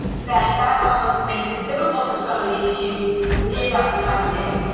then that almost makes it difficult for somebody to give that the time of day,